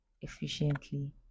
efficiently